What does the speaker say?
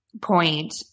point